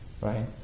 right